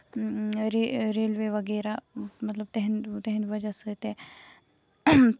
railway وغیرہ مطلب تِہِندۍ وجہہ سۭتی